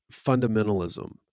Fundamentalism